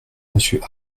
monsieur